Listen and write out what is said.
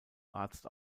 arzt